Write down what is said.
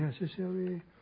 necessary